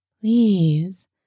Please